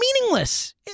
meaningless